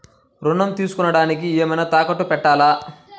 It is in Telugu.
ఋణం తీసుకొనుటానికి ఏమైనా తాకట్టు పెట్టాలా?